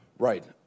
Right